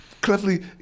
cleverly